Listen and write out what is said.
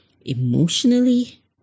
emotionally